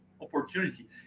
opportunity